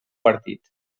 partit